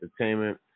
entertainment